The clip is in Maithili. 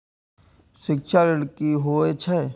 शिक्षा ऋण की होय छै?